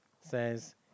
says